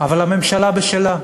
אבל הממשלה בשלה.